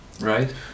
right